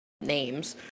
names